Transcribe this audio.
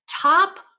Top